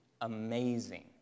amazing